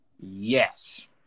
Yes